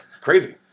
Crazy